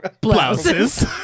blouses